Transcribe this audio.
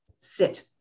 sit